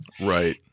Right